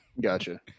Gotcha